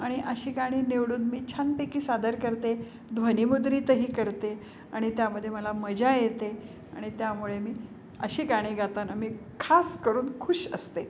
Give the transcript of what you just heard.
आणि अशी गाणी निवडून मी छानपैकी सादर करते ध्वनिमुद्रीतही करते आणि त्यामध्ये मला मजा येते आणि त्यामुळे मी अशी गाणी गाताना मी खास करून खुश असते